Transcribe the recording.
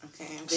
Okay